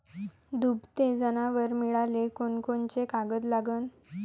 दुभते जनावरं मिळाले कोनकोनचे कागद लागन?